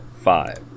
five